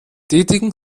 tätigen